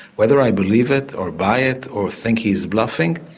whether i believe it or buy it or think he's bluffing?